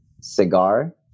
cigar